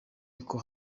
yuko